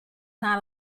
not